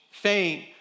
fame